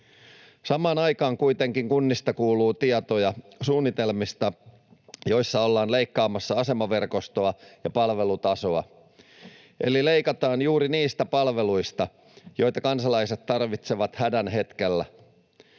Samaan aikaan kuitenkin kunnista kuuluu tietoja suunnitelmista, joissa ollaan leikkaamassa asemaverkostoa ja palvelutasoa, eli leikataan juuri niistä palveluista, joita kansalaiset tarvitsevat hädän hetkellä.